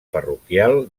parroquial